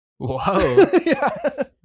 whoa